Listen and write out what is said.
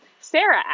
Sarah